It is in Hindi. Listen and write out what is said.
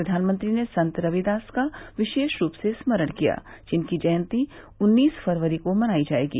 प्रधानमंत्री ने संत रविदास का विशेष रूप से स्मरण किया जिनकी जयंती उन्नीस फरवरी को मनाई जायेगी